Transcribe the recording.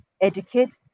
educate